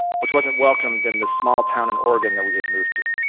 which wasn't welcomed in the small town in oregon that we had moved to.